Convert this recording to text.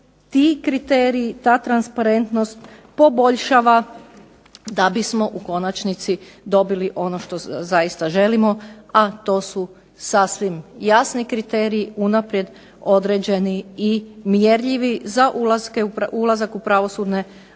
ti kriteriji ta transparentnost poboljšava da bismo u konačnici dobili ono što zaista želimo, a to su sasvim jasni kriteriji unaprijed određeni i mjerljivi za ulazak u pravosudne